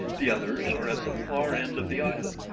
the others are at the far end of the island,